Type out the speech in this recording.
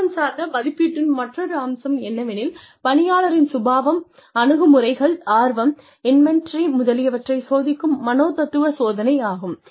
நிறுவனம் சார்ந்த மதிப்பீட்டின் மற்றொரு அம்சம் என்னவெனில் பணியாளரின் சுபாவம் அணுகுமுறைகள் ஆர்வம் இன்வென்டரி முதலியவற்றைச் சோதிக்கும் மனோதத்துவ சோதனை ஆகும்